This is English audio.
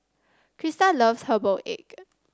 Christa loves Herbal Egg